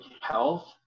health